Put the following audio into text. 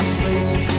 space